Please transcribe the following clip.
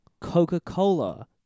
Coca-Cola